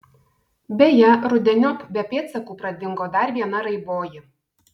beje rudeniop be pėdsakų pradingo dar viena raiboji